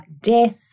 death